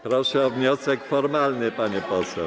Proszę o wniosek formalny, pani poseł.